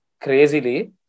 crazily